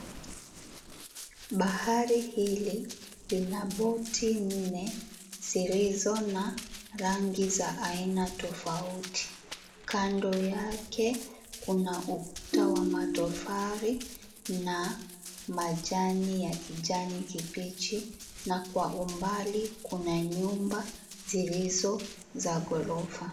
Bahari hili lina boti nne zilizo na rangi za aina tofauti. Kando yake kuna ukuta wa matofali, na majani ya kijani kibichi. Na kwa umbali, kuna nyumba zilizo za ghorofa.